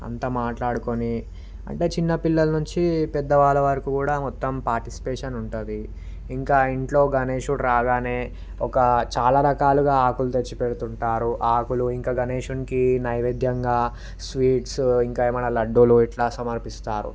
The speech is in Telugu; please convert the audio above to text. అంతా మాట్లాడుకుని అంటే చిన్న పిల్లల నుంచి పెద్దవాళ్ళ వరకు కూడా మొత్తం పాటిస్పేషన్ ఉంటుంది ఇంకా ఇంట్లో గణేశుడు రాగానే ఒక చాలా రకాలుగా ఆకులు తెచ్చి పెడుతుంటారు ఆ ఆకులు ఇంకా గణేషుడికి నైవేద్యంగా స్వీట్సు ఇంకా ఏమైనా లడ్డులూ ఇట్లా సమర్పిస్తారు